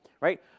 right